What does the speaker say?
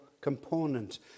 component